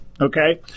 okay